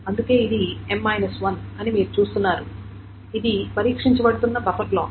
అందుకే ఇది M 1 అని మీరు చూస్తున్నారు ఇది పరీక్షించబడుతున్న బఫర్ బ్లాక్